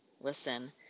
listen